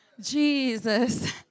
Jesus